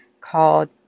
called